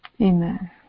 Amen